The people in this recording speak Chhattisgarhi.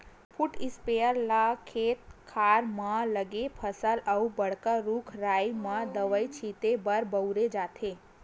फुट इस्पेयर ल खेत खार म लगे फसल अउ बड़का रूख राई म दवई छिते बर बउरे जाथे